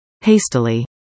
Hastily